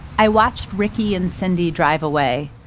i watched ricky and cindy drive away.